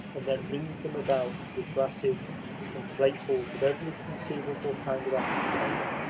and then ringed them about with glasses and platefuls of every conceivable kind of appetiser.